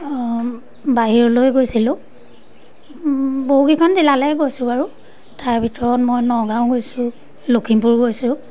বাহিৰলৈ গৈছিলোঁ বহুকেইখন জিলালৈ গৈছোঁ বাৰু তাৰ ভিতৰত মই নগাঁও গৈছোঁ লখিমপুৰ গৈছোঁ